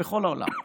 בכל העולם.